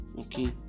okay